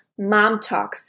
MOMTALKS